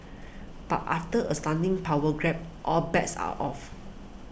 but after a stunning power grab all bets are off